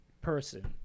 person